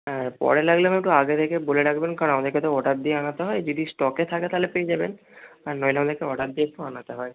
হ্যাঁ পরে লাগলে ম্যাম একটু আগে থেকে বলে রাখবেন কারণ আমাদেরকে অর্ডার দিয়ে আনাতে হয় যদি স্টকে থাকে তাহলে পেয়ে যাবেন আর নইলে আমাকে অর্ডার দিয়ে একটু আনাতে হয়